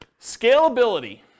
Scalability